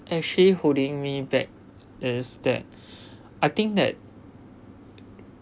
actually holding me back is that I think that